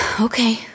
Okay